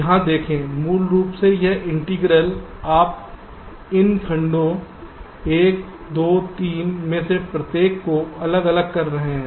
यहां देखें मूल रूप से यह इंटीग्रल आप इन इन खंडों 1 2 3 में से प्रत्येक को अलग कर रहे हैं